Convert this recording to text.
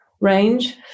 range